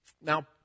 Now